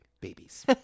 babies